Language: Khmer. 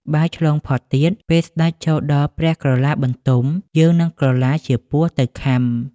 បើឆ្លងផុតទៀត ពេលស្តេចចូលដល់ព្រះក្រឡាបន្ទំ យើងនឹងក្រឡាជាពស់ទៅខាំ។